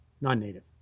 Non-native